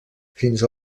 fins